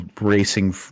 racing